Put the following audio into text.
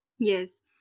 Yes